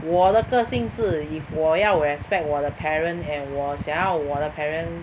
我的个性是 if 我要 respect 我的 parent and 我想要我的 parent